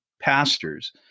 pastors—